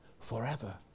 forever